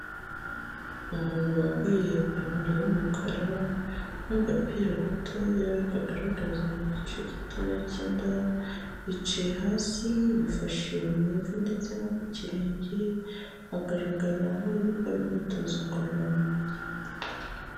Umuntu wambaye ipantaro y'umukara n'agapira gato kagaragaza igice gitoya cy'inda, yicaye hasi yifashe mu ivi ndetse no ku kirenge, agaragara nk'uri gukora imyitozo ngororamubiri.